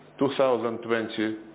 2020